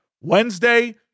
Wednesday